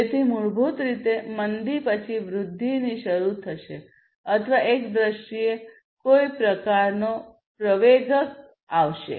તેથી મૂળભૂત રીતે મંદી પછી વૃદ્ધિની શરૂ થશે અથવા એક દ્રષ્ટિએ કોઈ પ્રકારનો પ્રવેગક આવશે